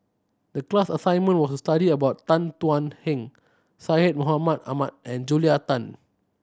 the class assignment was to study about Tan Thuan Heng Syed Mohamed Ahmed and Julia Tan